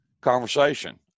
conversation